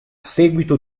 seguito